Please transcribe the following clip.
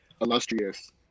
illustrious